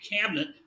cabinet